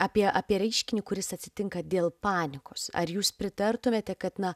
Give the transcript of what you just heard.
apie apie reiškinį kuris atsitinka dėl panikos ar jūs pritartumėte kad na